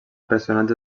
personatge